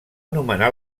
nomenar